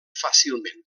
fàcilment